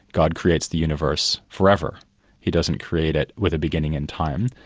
god creates the universe forever he doesn't create it with a beginning in time,